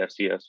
FCS